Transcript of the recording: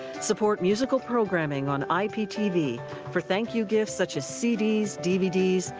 support musical programming on iptv for thank you gifts such as cdc, dvds,